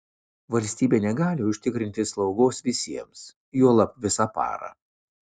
valstybė negali užtikrinti slaugos visiems juolab visą parą